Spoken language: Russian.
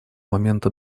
момента